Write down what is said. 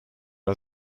are